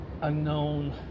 unknown